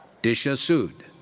disha sud.